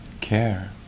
care